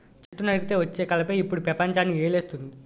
చెట్టు నరికితే వచ్చే కలపే ఇప్పుడు పెపంచాన్ని ఏలేస్తంది